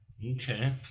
Okay